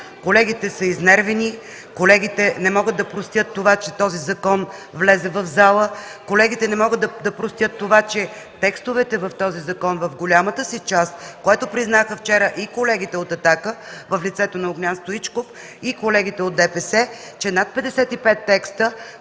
Колегите са изнервени, колегите не могат да простят, че този закон влезе в залата. Колегите не могат да простят това, че в голямата си част текстовете в този закон, което признаха вчера и колегите от „Атака” в лицето на Огнян Стоичков, и колегите от ДПС, че над 55 текста,